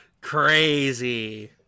Crazy